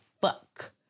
fuck